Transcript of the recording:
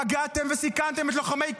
פגעתם וסיכנתם את לוחמי כפיר,